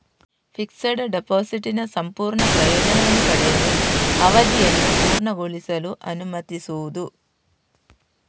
fixed ಡೆಪಾಸಿಟಿನ ಸಂಪೂರ್ಣ ಪ್ರಯೋಜನವನ್ನು ಪಡೆಯಲು, ಅವಧಿಯನ್ನು ಪೂರ್ಣಗೊಳಿಸಲು ಅನುಮತಿಸುವುದು